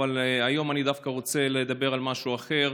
אבל היום אני דווקא רוצה לדבר על משהו אחר,